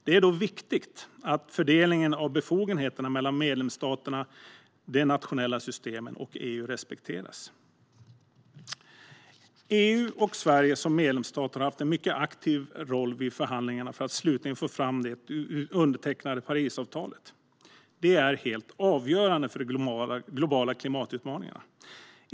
Det är då viktigt att fördelningen av befogenheterna mellan medlemsstaterna, de nationella systemen och EU respekteras. EU, och Sverige som medlemsstat, har haft en mycket aktiv roll i förhandlingarna för att slutligen få fram det undertecknade Parisavtalet. Det är helt avgörande för de globala klimatutmaningarna.